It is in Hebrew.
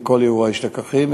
בכל אירוע יש לקחים,